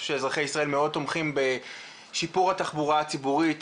שאזרחי ישראל מאוד תומכים בשיפור התחבורה הציבורית,